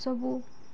ସବୁ